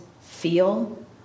feel